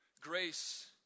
grace